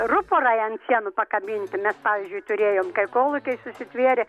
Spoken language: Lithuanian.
ruporai ant sienų pakabinti mes pavyzdžiui turėjom kai kolūkiai susitvėrė